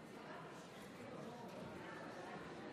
כבוד היושב-ראש,